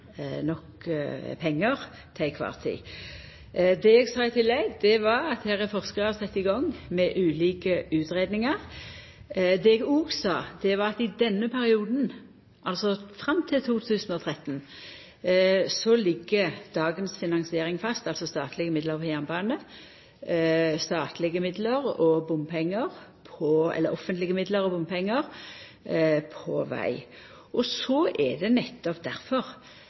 nok pengar til kvar tid. Det eg sa i tillegg, var at her har forskarar sett i gong med ulike utgreiingar. Det eg òg sa, var at i denne perioden – altså fram til 2013 – ligg dagens finansiering fast, altså statlege midlar over jernbane, offentlege midlar og bompengar på veg. Det er nettopp difor vi har sett i gang desse utgreiingane og varsla at det